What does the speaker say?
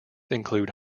include